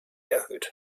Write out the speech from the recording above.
erhöht